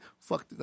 fuck